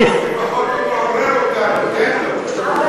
השעה 03:00, הוא לפחות מעורר אותנו, תן לו.